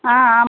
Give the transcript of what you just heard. ஆ ஆம்